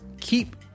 keep